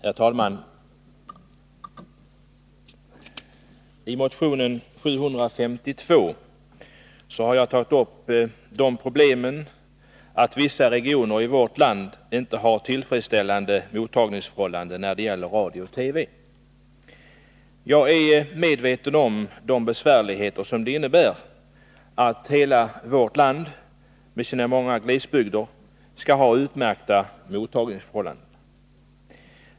Herr talman! I motion 752 har jag tagit upp det problemet att vissa regioner i vårt land inte har tillfredsställande mottagningsförhållanden när det gäller radiooch TV-sändningar. Jag är medveten om vilka besvärligheter det innebär att hela vårt land med sina många glesbygder skall ha utmärkta mottagningsförhållanden.